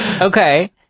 okay